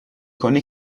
کنی